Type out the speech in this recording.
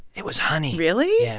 it was honey really? yeah.